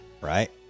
Right